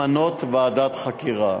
למנות ועדת חקירה,